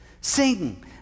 Sing